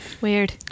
Weird